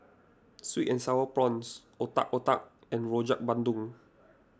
Sweet and Sour Prawns Otak Otak and Rojak Bandung